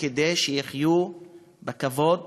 כדי שיחיו בכבוד